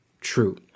true